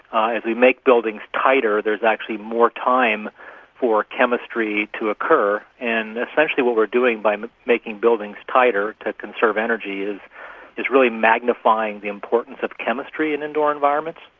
we make buildings tighter, there is actually more time for chemistry to occur. and essentially what we are doing by ah making buildings tighter to conserve energy is is really magnifying the importance of chemistry in indoor environments.